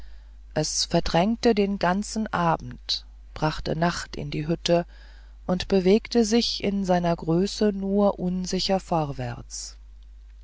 es verdrängte den ganzen abend brachte nacht in die hütte und bewegte sich in seiner größe nur unsicher vorwärts